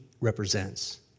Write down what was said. represents